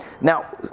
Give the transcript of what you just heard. Now